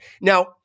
Now